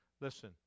Listen